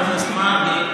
חבר הכנסת מרגי,